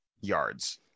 yards